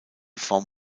form